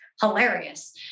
hilarious